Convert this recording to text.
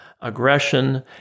aggression